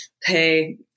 pay